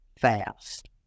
fast